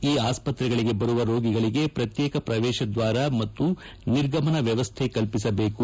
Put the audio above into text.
ಈ ಆಸ್ಪತ್ರೆಗಳಿಗೆ ಬರುವ ರೋಗಿಗಳಿಗೆ ಪ್ರತ್ಯೇಕ ಪ್ರವೇಶದ್ವಾರ ಮತ್ತು ನಿರ್ಗಮನ ವ್ಯವಸ್ಥೆ ಕಲ್ಪಿಸಬೇಕು